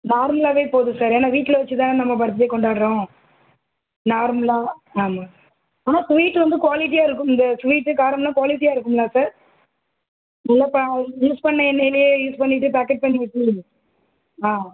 நார்மலாகவே போதும் சார் ஏன்னால் வீட்டில் வச்சுதான் நம்ம பர்த்டே கொண்டாடுறோம் நார்மலாக ஆமாம் ஆனால் ஸ்வீட்டு வந்து க்வாலிட்டியாக இருக்கும் இந்த ஸ்வீட் காரமெல்லாம் க்வாலிட்டியாக இருக்குங்களா சார் இல்லை சார் யூஸ் பண்ணிண எண்ணெயிலேயே யூஸ் பண்ணிவிட்டு பாக்கெட் பண்ணி வச்சு ஆ